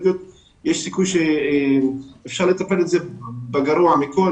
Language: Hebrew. סיכוי שאפשר לטפל במצב האלרגי הגרוע ביותר,